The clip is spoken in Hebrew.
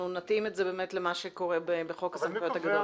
אנחנו נתאים את זה למה שקורה בחוק הסמכויות הגדול.